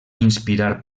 inspirar